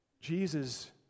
Jesus